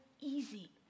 Easy